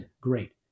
great